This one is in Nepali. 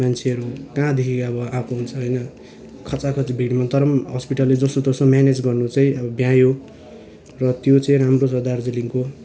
मान्छेहरू कहाँदेखि अब आएको हुन्छ होइन खचाखच भिडमा तर पनि हस्पिटलले जसोतसो म्यानेज गर्नु चाहिँ भ्यायो र त्यो चाहिँ राम्रो छ दार्जिलिङको